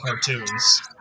cartoons